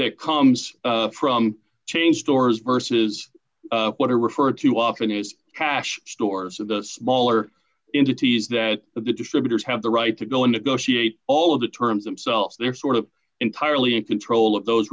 that comes from change doors versus what i refer to often as cash stores of the smaller entities that the distributors have the right to go in negotiate all of the terms them selves they're sort of entirely in control of those